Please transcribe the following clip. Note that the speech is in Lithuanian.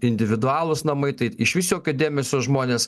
individualūs namai tai išvis jokio dėmesio žmonės